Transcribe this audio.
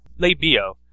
Labio